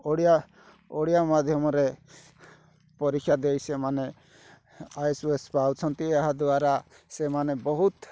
ଓଡ଼ିଆ ଓଡ଼ିଆ ମାଧ୍ୟମରେ ପରୀକ୍ଷା ଦେଇ ସେମାନେ ଆଏସ୍ ଓଏସ୍ ପାଉଛନ୍ତି ଏହାଦ୍ୱାରା ସେମାନେ ବହୁତ